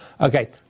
Okay